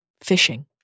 fishing